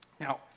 Now